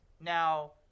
Now